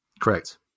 Correct